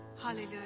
Hallelujah